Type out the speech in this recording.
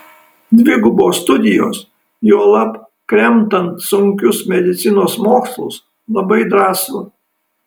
dvigubos studijos juolab kremtant sunkius medicinos mokslus labai drąsu